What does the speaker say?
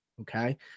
okay